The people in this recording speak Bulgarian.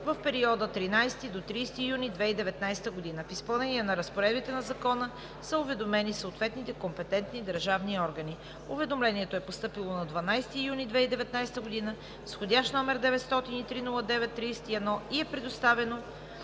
в периода от 13 до 30 юни 2019 г. В изпълнение на разпоредбите на Закона са уведомени съответните компетентни държавни органи. Уведомлението е постъпило на 12 юни 2019 г. с вх. № 903-09-31 и е предоставено